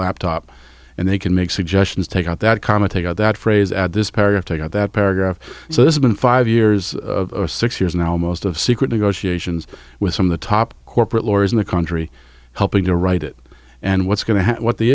laptop and they can make suggestions take out that comment take out that phrase add this paragraph they got that paragraph so there's been five years or six years now almost of secret negotiations with some of the top corporate lawyers in the country helping to write it and what's going to what the